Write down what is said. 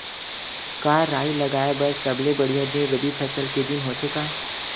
का राई लगाय बर सबले बढ़िया दिन रबी फसल के दिन होथे का?